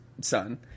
son